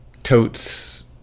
Totes